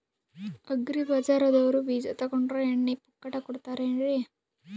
Agri ಬಜಾರದವ್ರು ಬೀಜ ತೊಗೊಂಡ್ರ ಎಣ್ಣಿ ಪುಕ್ಕಟ ಕೋಡತಾರೆನ್ರಿ?